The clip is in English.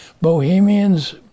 Bohemians